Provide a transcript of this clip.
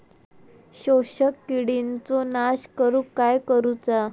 शोषक किडींचो नाश करूक काय करुचा?